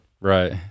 Right